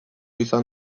izan